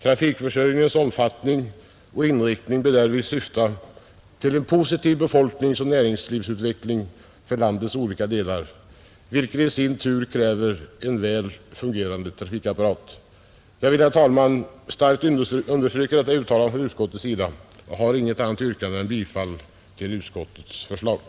Trafikförsörjningens omfattning och inriktning bör därvid syfta till en positiv befolkningsoch näringslivsutveckling för landets olika delar, vilket i sin tur kräver en väl fungerande trafikapparat.” Jag vill, herr talman, starkt understryka detta uttalande och har inget annat yrkande än bifall till utskottets hemställan.